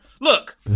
Look